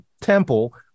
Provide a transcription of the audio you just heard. temple